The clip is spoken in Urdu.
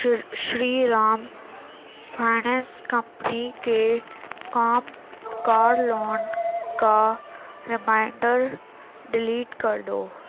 شری رام فائنانس کمپنی کے کام کار لون کا ریمائینڈر ڈیلیٹ کر دو